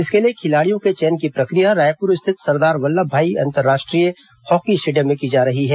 इसके लिए खिलाड़ियों के चयन की प्रक्रिया रायपुर स्थित सरदार वल्लभ भाई अंतर्राष्ट्रीय हॉकी स्टेडियम में की जा रही है